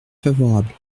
favorable